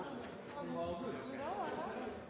kan ha